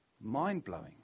mind-blowing